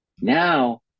Now